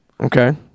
okay